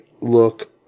look